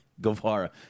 Guevara